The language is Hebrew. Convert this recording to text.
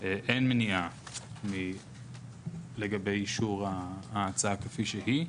אין מניעה לגבי אישור ההצעה כפי שהיא.